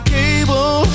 cable